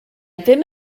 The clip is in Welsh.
ddim